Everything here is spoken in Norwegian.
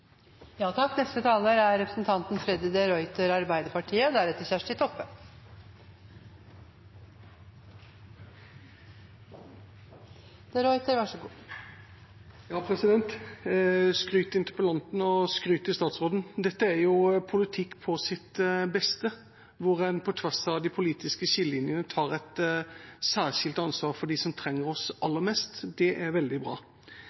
interpellanten og skryt til statsråden. Dette er politikk på sitt beste, hvor en på tvers av de politiske skillelinjene tar et særskilt ansvar for dem som trenger oss aller mest. Det er veldig bra.